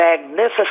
Magnificent